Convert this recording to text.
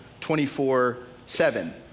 24-7